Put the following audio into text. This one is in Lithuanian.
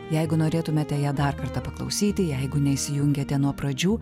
jeigu norėtumėte ją dar kartą paklausyti jeigu neįsijungėte nuo pradžių